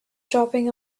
dropping